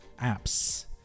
Apps